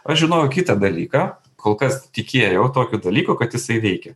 aš žinojau kitą dalyką kol kas tikėjau tokiu dalyku kad jisai veikia